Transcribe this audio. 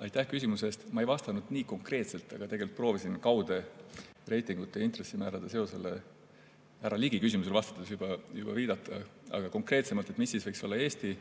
Aitäh küsimuse eest! Ma ei vastanud nii konkreetselt, aga tegelikult proovisin kaude reitingute ja intressimäärade seosele härra Ligi küsimusele vastates juba viidata. Aga konkreetsemalt, milline võiks olla praegu